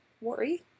Worry